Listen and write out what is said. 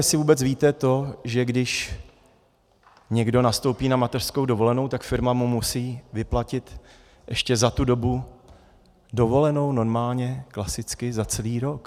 Já nevím, jestli vůbec víte to, že když někdo nastoupí na mateřskou dovolenou, tak firma mu musí vyplatit ještě za tu dobu dovolenou normálně, klasicky, za celý rok.